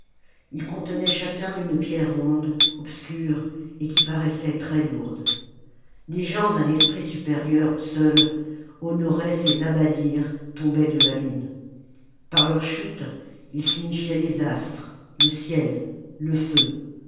ils contenaient chacun une pierre ronde obscure et qui paraissait très lourde les gens d'un esprit supérieur seuls honoraient ces abaddirs tombés de la lune par leur chute ils signifiaient les astres le ciel le feu